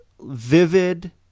vivid